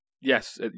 yes